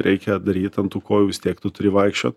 reikia daryti ant kojų vis tiek tu turi vaikščiot